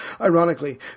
Ironically